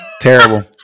Terrible